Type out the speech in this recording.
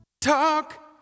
Talk